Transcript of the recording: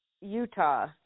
Utah